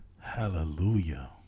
Hallelujah